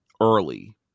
early